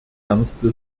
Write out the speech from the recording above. ernste